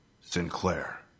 Sinclair